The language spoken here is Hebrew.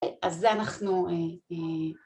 אז זה אנחנו...